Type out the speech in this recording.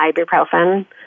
ibuprofen